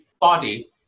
body